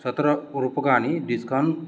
शतरूप्यकाणि डिस्कौण्ट्